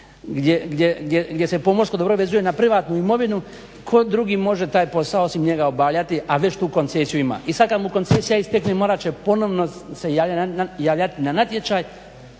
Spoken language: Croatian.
gdje se pomorsko dobro vezuje na privatnu imovinu. Tko drugi može taj posao osim njega obavljati, a već tu koncesiju ima. I sad kad mu koncesija istekne morat će ponovno se javljati na natječaj.